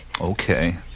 Okay